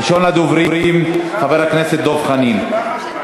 ראשון הדוברים, חבר הכנסת דב חנין.